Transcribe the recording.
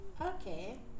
okay